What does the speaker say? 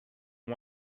one